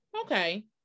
Okay